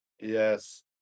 Yes